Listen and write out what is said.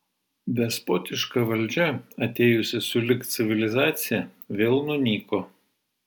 despotiška valdžia atėjusi sulig civilizacija vėl nunyko